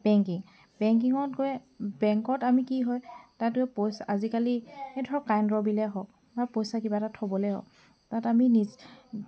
banking বেংকিঙত গৈ বেংকত আমি কি হয় তাতো পইচা আজিকালি এই ধৰক কাৰেণ্টৰ বিলেই হওক বা পইচা কিবা এটা থ'বলৈও তাত আমি নিজে